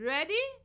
Ready